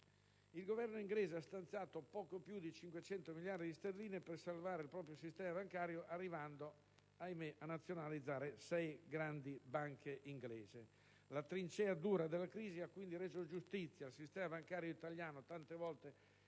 il Governo inglese ha stanziato poco più di 500 miliardi di sterline per salvare il proprio sistema bancario, arrivando, ahimè, a nazionalizzare sei grandi banche inglesi. La trincea dura della crisi ha quindi reso giustizia al sistema bancario italiano, tante volte ingiustamente